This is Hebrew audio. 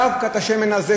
דווקא את השמן הזה,